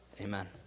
Amen